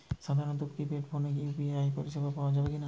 সাধারণ কিপেড ফোনে ইউ.পি.আই পরিসেবা পাওয়া যাবে কিনা?